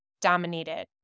dominated